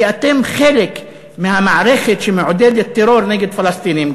כי אתם חלק מהמערכת שמעודדת טרור נגד פלסטינים,